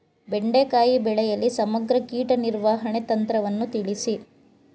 ಬೆಂಡೆಕಾಯಿ ಬೆಳೆಯಲ್ಲಿ ಸಮಗ್ರ ಕೀಟ ನಿರ್ವಹಣೆ ತಂತ್ರವನ್ನು ತಿಳಿಸಿ?